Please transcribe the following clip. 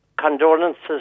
condolences